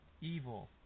evil